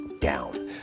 down